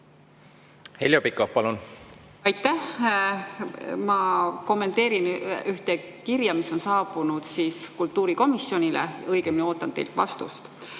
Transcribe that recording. Heljo Pikhof, palun! Aitäh! Ma kommenteerin ühte kirja, mis on saabunud kultuurikomisjonile, õigemini ootan teilt vastust.